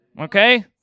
okay